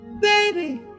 Baby